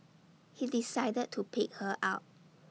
he decided to pick her up